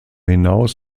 hinaus